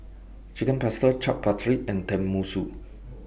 Chicken Pasta Chaat Papri and Tenmusu